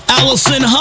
Allison